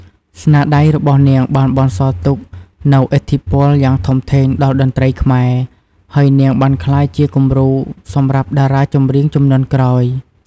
ស្នាដៃរបស់នាងបានបន្សល់ទុកនូវឥទ្ធិពលយ៉ាងធំធេងដល់តន្ត្រីខ្មែរ ហើយនាងបានក្លាយជាគំរូសម្រាប់តារាចម្រៀងជំនាន់ក្រោយ។